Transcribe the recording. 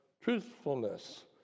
truthfulness